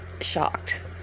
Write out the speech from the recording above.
shocked